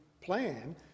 plan